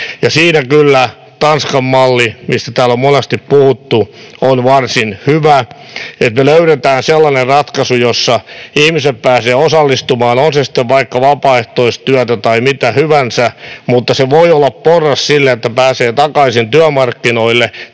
Siinä kyllä Tanskan malli, mistä täällä on monasti puhuttu, on varsin hyvä, että me löydämme sellaisen ratkaisun, jossa ihmiset pääsevät osallistumaan — on se sitten vaikka vapaaehtoistyötä tai mitä hyvänsä, mutta se voi olla porras sille, että pääsee takaisin työmarkkinoille,